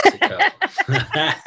Mexico